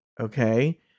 Okay